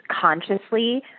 consciously